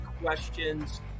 questions